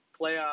playoff